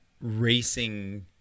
racing